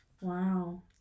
Wow